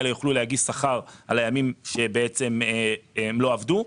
המשפחתונים האלה יוכלו להגיש שכר על הימים שהם לא עבדו.